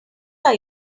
are